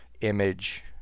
image